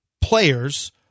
players